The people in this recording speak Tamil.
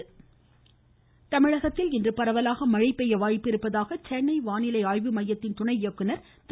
வானிலை வாய்ஸ் தமிழகத்தில் இன்று பரவலாக மழை பெய்ய வாய்ப்பிருப்பதாக சென்னை வானிலை ஆய்வு மைய துணை இயக்குனர் திரு